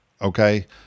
Okay